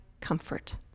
comfort